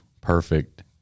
perfect